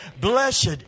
Blessed